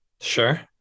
Sure